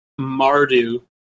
Mardu